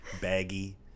baggy